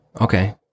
okay